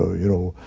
ah you know,